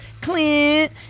Clint